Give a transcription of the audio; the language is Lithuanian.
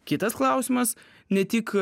kitas klausimas ne tik